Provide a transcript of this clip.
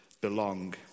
belong